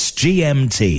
gmt